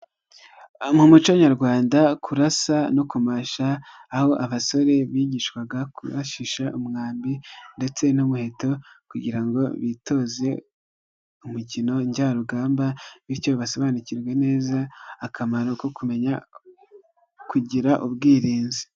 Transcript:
Mu muco Nyarwanda kurasa no kumasha aho abasore bigishwaga kurashisha umwambi ndetse n'umuheto kugira ngo bitoze umukino njyarugamba bityo basobanukirwe neza akamaro ko kumenya kugira ubwirinzi.